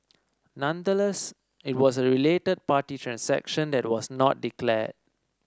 nonetheless it was a related party transaction that was not declare